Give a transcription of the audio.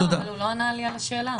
לא ענית לשאלה שלי.